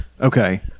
Okay